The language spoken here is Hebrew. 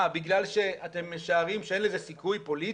מה, בגלל שאתם משערים שאין לזה סיכוי פוליטי?